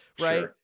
Right